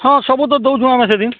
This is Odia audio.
ହଁ ସବୁ ତ ଦେଉଛୁ ଆମେ ସେଠି